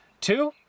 Two